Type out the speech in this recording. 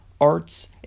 arts